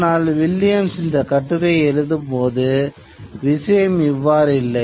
ஆனால் வில்லியம்ஸ் இந்த கட்டுரையை எழுதும் போது விஷயம் இவ்வாறு இல்லை